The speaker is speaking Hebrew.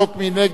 מי נגד?